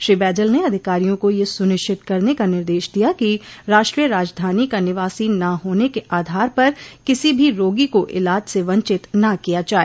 श्री बैजल ने अधिकारियों को यह सुनिश्चित करने का निर्देश दिया कि राष्ट्रीय राजधानी का निवासी न होने के आधार पर किसी भी रोगी को इलाज से वंचित न किया जाए